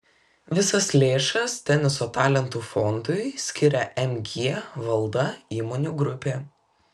visas lėšas teniso talentų fondui skiria mg valda įmonių grupė